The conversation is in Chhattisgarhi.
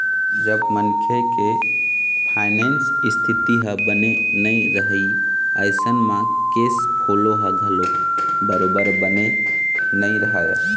जब मनखे के फायनेंस इस्थिति ह बने नइ रइही अइसन म केस फोलो ह घलोक बरोबर बने नइ रहय